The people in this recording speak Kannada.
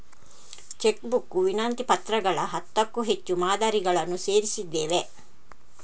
ಚೆಕ್ ಬುಕ್ ವಿನಂತಿ ಪತ್ರಗಳ ಹತ್ತಕ್ಕೂ ಹೆಚ್ಚು ಮಾದರಿಗಳನ್ನು ಸೇರಿಸಿದ್ದೇವೆ